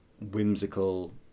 whimsical